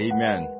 Amen